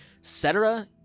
Cetera